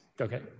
Okay